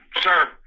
sir